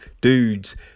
dudes